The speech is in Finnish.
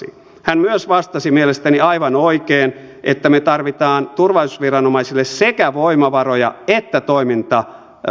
hän myös vastasi mielestäni aivan oikein että me tarvitsemme turvallisuusviranomaisille sekä voimavaroja että toimintavaltuuksia